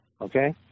Okay